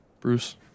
Bruce